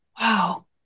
Wow